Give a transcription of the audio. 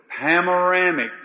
panoramic